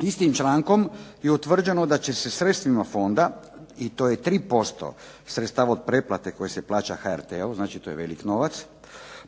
Istim člankom je utvrđeno da će se sredstvima Fonda i to je 3% sredstava od pretplate koja se plaća HRT-u znači to je veliki novac,